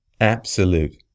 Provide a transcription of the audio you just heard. Absolute